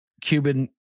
Cuban